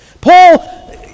Paul